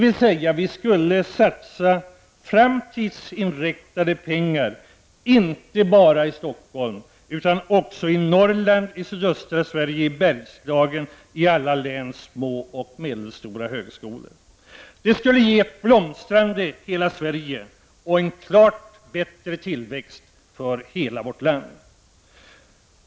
Vi skulle alltså satsa framtidsinriktade pengar inte bara i Stockholm utan också i Norrland, i sydöstra Sverige, i Bergslagen, i alla läns små och medelstora högskolor. Det skulle få hela Sverige att blomstra och innebära en klart bättre tillväxt för hela vårt land.